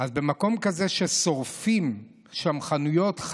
אז במקום כזה ששורפים שם חנויות,